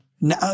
Now